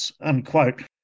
unquote